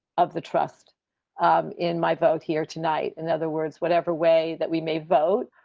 of the trust um in my vote here tonight. in other words, whatever way that we may vote,